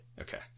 Okay